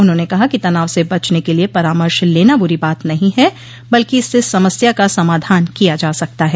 उन्होंने कहा कि तनाव से बचने के लिए परामर्श लेना बुरी बात नहीं है बल्कि इससे समस्या का समाधान किया जा सकता है